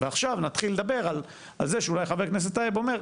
ועכשיו נתחיל לדבר על מה שחה"כ טייב אומר,